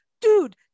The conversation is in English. Dude